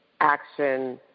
action